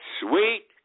sweet